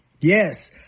Yes